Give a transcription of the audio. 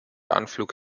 anflug